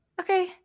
Okay